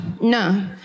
No